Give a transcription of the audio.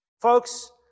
Folks